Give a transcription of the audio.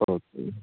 okay